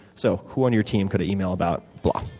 so who on your team could i email about blah.